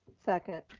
second.